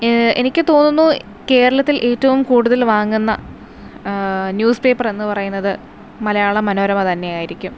എനിക്ക് തോന്നുന്നു കേരളത്തിൽ ഏറ്റവും കൂടുതൽ വാങ്ങുന്ന ന്യൂസ് പേപ്പർ എന്ന് പറയുന്നത് മലയാള മനോരമ തന്നെയായിരിക്കും